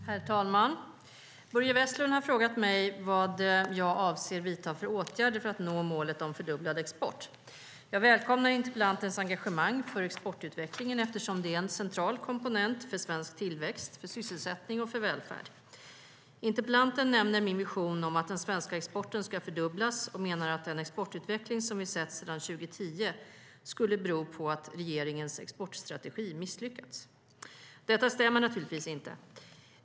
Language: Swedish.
Herr talman! Börje Vestlund har frågat mig vad jag avser att vidta för åtgärder för att nå målet om fördubblad export. Jag välkomnar interpellantens engagemang för exportutvecklingen eftersom det är en central komponent för svensk tillväxt, sysselsättning och välfärd. Interpellanten nämner min vision om att den svenska exporten ska fördubblas och menar att den exportutveckling som vi sett sedan 2010 skulle bero på att regeringens exportstrategi misslyckats. Detta stämmer naturligtvis inte.